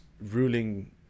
ruling